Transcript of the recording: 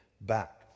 back